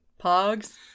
Pogs